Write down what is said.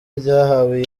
ryahawe